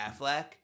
Affleck